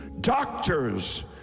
Doctors